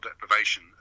deprivation